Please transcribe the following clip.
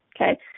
okay